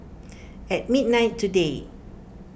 at midnight today